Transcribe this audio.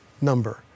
Number